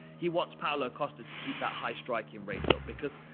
he wants paulo costa to keep that high striking rate up because,